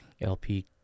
LP